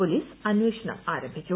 police അന്വേഷണം ആരംഭിച്ചു